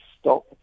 stop